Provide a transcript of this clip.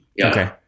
Okay